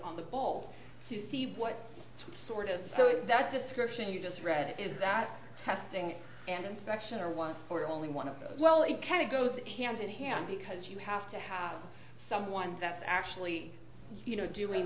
on the ball to see what sort of so that description you just read it is that testing and inspection are one for only one of those well it kind of goes hand in hand because you have to have someone that's actually you know doing